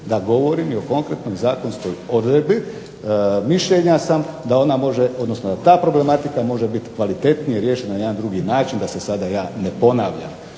da govorim o konkretnoj zakonskoj odredbi. Mišljenja sam da ta problematika može kvalitetnije biti riješena na jedan drugi način da se sada ja ne ponavljam.